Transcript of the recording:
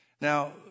Now